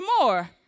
more